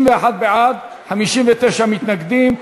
61 בעד, 59 מתנגדים.